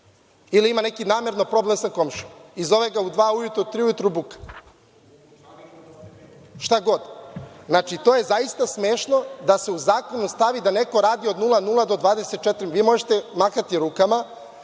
ili ima neki namerno problem sa komšijom i zove ga u dva - tri ujutru, buka, šta god? Znači, to je zaista smešno da se u zakonu stavi da neko radi od 00,00 do 24,00 časova. Vi možete mahati rukama,